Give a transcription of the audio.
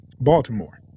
Baltimore